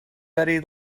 betty